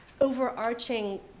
overarching